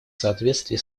соответствии